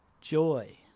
joy